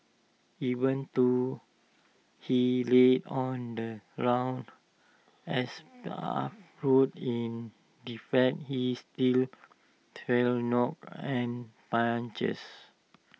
even though he lay on the rough asphalt road in defeat he still felt knocks and punches